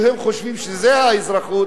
שהם חושבים שזו האזרחות,